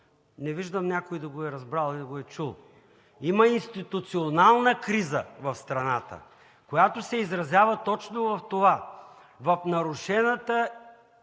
не виждам някой да го е разбрал и да го е чул – има институционална криза в страната, която се изразява точно в това – в нарушената